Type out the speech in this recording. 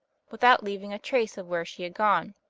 without leaving a trace of where she had gone.